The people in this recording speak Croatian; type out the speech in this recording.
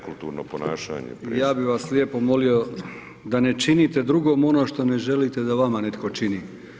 Kolega Bulj [[Upadica: Ima nekulturno ponašanje predsjedniče.]] ja bih vas lijepo molio da ne činite drugom ono što ne želite da vama netko čini.